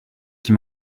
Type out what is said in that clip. qui